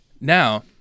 now